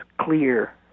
clear